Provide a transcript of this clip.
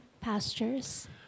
pastures